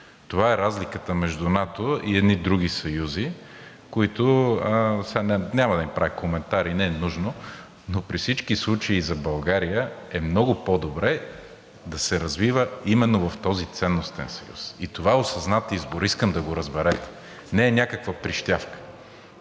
Това е разликата между НАТО и едни други съюзи, които, сега няма да им правя коментари и не е нужно, но при всички случаи за България е много по-добре да се развива именно в този ценностен съюз. И това е осъзнат избор, искам да го разберете – не е някаква прищявка.